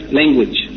language